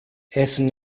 essen